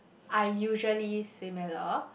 are usually similar